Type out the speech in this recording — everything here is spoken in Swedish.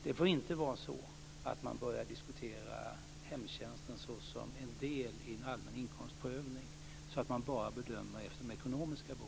Det får inte vara så att man börjar diskutera hemtjänsten såsom en del i en allmän inkomstprövning, så att man bara gör bedömningen efter de ekonomiska behoven.